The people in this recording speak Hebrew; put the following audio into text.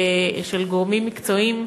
של גורמים מקצועיים,